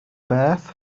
beth